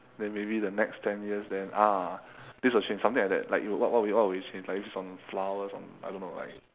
then maybe the next ten years then ah this will change something like that like what what will you change is it flowers on I don't know like